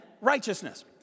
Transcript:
righteousness